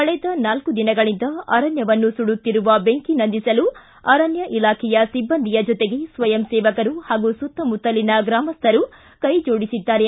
ಕಳೆದ ನಾಲ್ಕು ದಿನಗಳಿಂದ ಅರಣ್ಯವನ್ನು ಸುಡುತ್ತಿರುವ ಬೆಂಕಿ ನಂದಿಸಲು ಅರಣ್ಯ ಇಲಾಖೆಯ ಸಿಬ್ಬಂದಿಯ ಜೊತೆಗೆ ಸ್ವಯಂ ಸೇವಕರು ಹಾಗೂ ಸುತ್ತಮುತ್ತಲನ ಗ್ರಾಮಸ್ಥರು ಕೈ ಜೋಡಿಸಿದ್ದಾರೆ